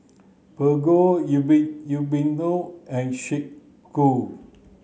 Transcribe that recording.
Prego and Snek Ku